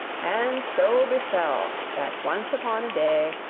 and so befell, that once upon a day.